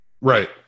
Right